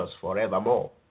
forevermore